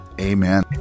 amen